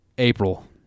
april